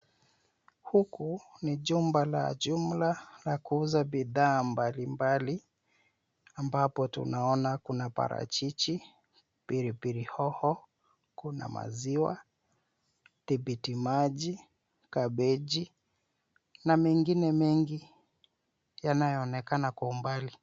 Huku ni jumba la jumla la kuuza bidhaa mbalimbali, ambapo tunaona kuna parachichi, pilipili hoho, kuna maziwa, tikiti maji, kabichi, na mengine mengi yanayoonekana kwa umbali.